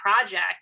project